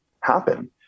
happen